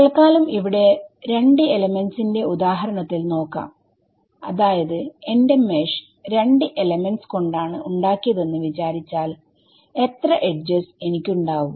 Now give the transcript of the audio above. തല്ക്കാലം ഇവിടെ രണ്ട് എലമെന്റ്സ്ന്റെ ഉദാഹരണത്തിൽ നോക്കാം അതായത് എന്റെ മെഷ്രണ്ട് എലമെന്റ്സ് കൊണ്ടാണ് ഉണ്ടാക്കിയതെന്ന് വിചാരിച്ചാൽ എത്ര എഡ്ജസ് edges എനിക്ക് ഉണ്ടാവും